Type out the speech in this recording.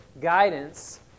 guidance